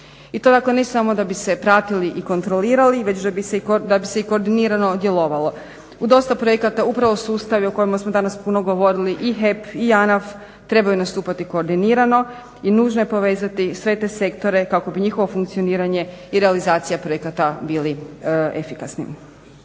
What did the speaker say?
I to dakle, ne samo da bi se pratili i kontrolirali već da bi se i koordinirano djelovalo. U dosta projekata upravo sustavi o kojima smo danas puno govorili i HEP i JANAF trebaju nastupati koordinirano i nužno je povezati sve te sektore kako bi njihovo funkcioniranje i realizacija projekata bili efikasni.